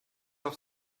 auf